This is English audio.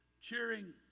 cheering